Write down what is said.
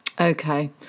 Okay